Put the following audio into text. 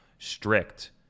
strict